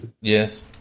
yes